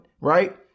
right